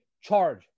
charge